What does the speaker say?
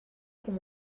com